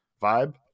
vibe